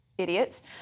idiots